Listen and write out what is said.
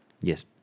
Yes